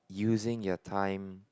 using your time